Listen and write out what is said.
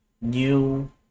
new